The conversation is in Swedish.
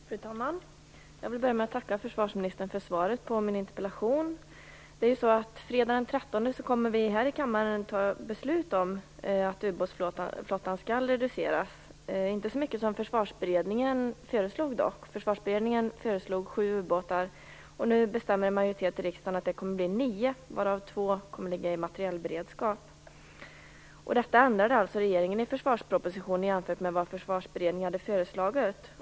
Fru talman! Jag vill börja med att tacka försvarsministern för svaret på min interpellation. Fredagen den 13 december kommer vi här i kammaren att fatta beslut om att ubåtsflottan skall reduceras, dock inte så mycket som Försvarsberedningen föreslog. Den förelog att det skulle finnas sju ubåtar, men en majoritet bestämmer att det kommer att finnas nio ubåtar, varav två skall ligga i materielberedskap. Detta ändrade regeringen i försvarspropositionen jämfört med vad Försvarsberedningen hade föreslagit.